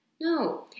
No